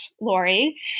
Lori